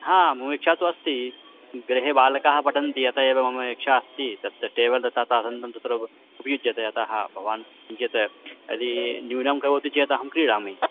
मम इच्छा तु अस्ति गृहे बालकाः पठन्ति अत एव मम इच्छा अस्ति तत् टेबल् तथा आसन्दं तत्र उपयुज्यते अतः भवान् किञ्चित् यदि न्यूनं करोति चेत् अहं क्रीणामि